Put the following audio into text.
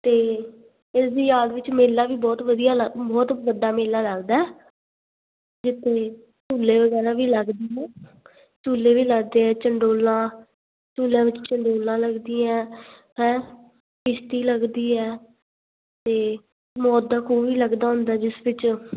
ਅਤੇ ਇਸ ਦੀ ਯਾਦ ਵਿੱਚ ਮੇਲਾ ਵੀ ਬਹੁਤ ਵਧੀਆ ਬਹੁਤ ਵੱਡਾ ਮੇਲਾ ਲੱਗਦਾ ਵੀ ਝੂਲੇ ਵਗੈਰਾ ਵੀ ਲੱਗਦੇ ਆ ਝੂਲੇ ਵੀ ਲੱਗਦੇ ਆ ਚੰਡੋਲਾ ਝੂਲਿਆ ਵਿੱਚ ਚੰਡੋਲਾਂ ਲੱਗਦੀਆਂ ਹੈਂ ਕਿਸ਼ਤੀ ਲੱਗਦੀ ਹੈ ਅਤੇ ਮੌਤ ਦਾ ਖੂਹ ਵੀ ਲੱਗਦਾ ਹੁੰਦਾ ਜਿਸ ਵਿੱਚ